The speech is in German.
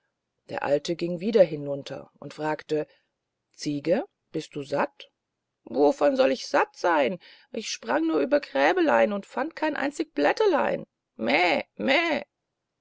der alte ging wieder hinunter und fragte ziege bist du satt wovon sollt ich satt seyn ich sprang nur über gräbelein und fand kein einzig blättelein meh meh